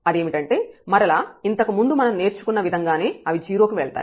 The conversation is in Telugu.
అదేమిటంటే మరలా ఇంతకు ముందు మనం నేర్చుకున్న విధంగానే అవి 0 కి వెళ్తాయి